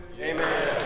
Amen